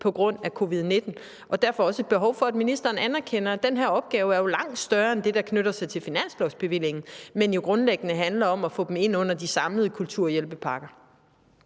på grund af covid-19. Derfor er der også et behov for, at ministeren anerkender, at den her opgave jo er langt større end det, der knytter sig til finanslovsbevillingen, og at den grundlæggende handler om at få dem ind under de samlede kulturhjælpepakker.